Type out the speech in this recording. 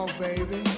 baby